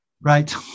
Right